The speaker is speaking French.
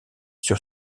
sur